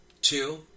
Two